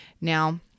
Now